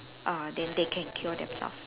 uh then they can cure themselves